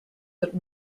that